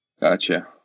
Gotcha